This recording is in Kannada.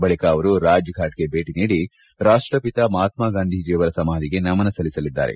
ಬಳಿಕ ಅವರು ರಾಜಘಾಟ್ಗೆ ಭೇಟಿ ನೀದಿ ರಾಷ್ತ್ರಪಿತ ಮಹಾತ್ಮ ಗಾಂಧೀಜಿ ಅವರ ಸಮಾಧಿಗೆ ನಮನ ಸಲ್ಲಿಸಲಿದ್ದಾರೆ